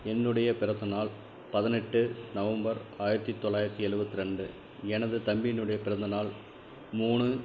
என்னுடைய பிறந்த நாள் பதினெட்டு நவம்பர் ஆயிரத்து தொள்ளாயிரத்து எழுபத்தி ரெண்டு எனது தம்பியினுடைய பிறந்த நாள் மூணு